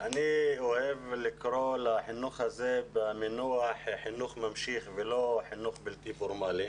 אני אוהב לקרוא לחינוך הזה במינוח "חינוך ממשיך" ולא חינוך בלתי פורמלי.